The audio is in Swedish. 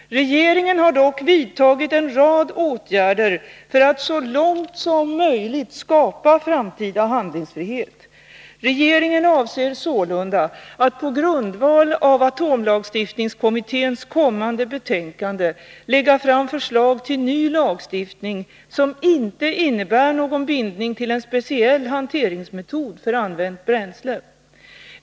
Regeringen har dock vidtagit en rad åtgärder för att så långt möjligt skapa framtida handlingsfrihet. Regeringen avser sålunda att på grundval av atomlagstiftningskommitténs kommande betänkande lägga fram förslag till ny lagstiftning, som inte innebär någon bindning till en speciell hanteringsmetod för använt bränsle.